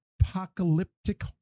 apocalyptic